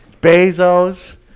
Bezos